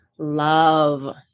love